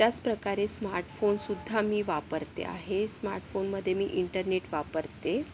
त्याचप्रकारे स्मार्टफोनसुद्धा मी वापरते आहे स्मार्टफोनमध्ये मी इंटरनेट वापरते